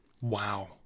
Wow